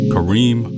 Kareem